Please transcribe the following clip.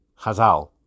chazal